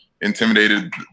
intimidated